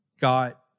got –